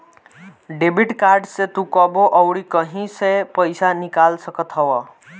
debit card से तू कबो अउरी कहीं से पईसा निकाल सकत हवअ